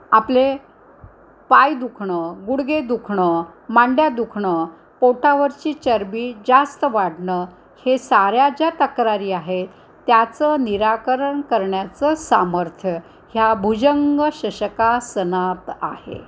आपले पाय दुखणं गुडघे दुखणं मांड्या दुखणं पोटावरची चरबी जास्त वाढणं हे साऱ्या ज्या तक्रारी आहेत त्याचं निराकरण करण्याचं सामर्थ्य ह्या भुजंग शशकासनात आहे